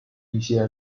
一些